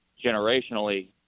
generationally